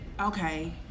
Okay